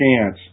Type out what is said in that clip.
chance